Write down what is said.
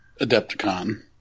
Adepticon